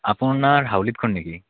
আপোনাৰ হাউলিত ঘৰ নেকি